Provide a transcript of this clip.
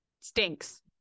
stinks